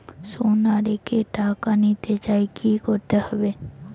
সোনা রেখে টাকা নিতে চাই কি করতে হবে?